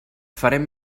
farem